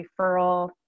referral